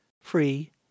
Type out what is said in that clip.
free